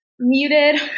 Muted